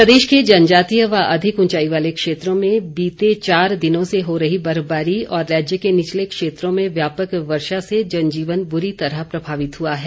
मौसम प्रदेश के जनजातीय व अधिक ऊंचाई वाले क्षेत्रों में बीते चार दिनों से हो रही बर्फबारी और राज्य के निचले क्षेत्रों में व्यापक वर्षा से जनजीवन बुरी तरह प्रभावित हुआ है